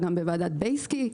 גם בוועדת בייסקי,